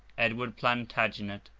edward plantagenet,